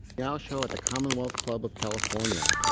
meow show at the commonwealth club of california.